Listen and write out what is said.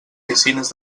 piscines